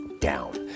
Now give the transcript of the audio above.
down